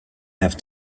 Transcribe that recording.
have